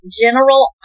general